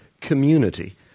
community